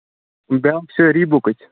بیٛاکھ چھِ رِبوکٕچ